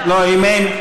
אני מתנגד.